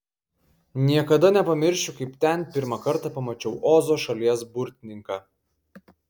niekada nepamiršiu kaip ten pirmą kartą pamačiau ozo šalies burtininką